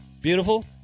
beautiful